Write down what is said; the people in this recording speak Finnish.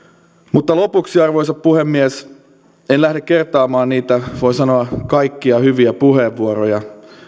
lopuksi arvoisa puhemies en lähde kertaamaan niitä voi sanoa kaikkia hyviä puheenvuoroja